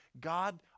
God